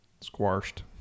Squashed